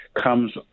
comes